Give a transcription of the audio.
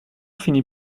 finit